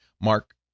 Mark